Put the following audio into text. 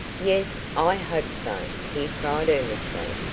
yes, i hope so, he cried earnestly,